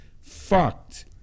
fucked